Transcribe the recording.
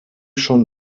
schon